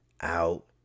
out